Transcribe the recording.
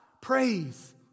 praise